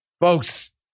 Folks